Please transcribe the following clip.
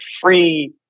free